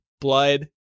blood